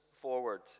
forward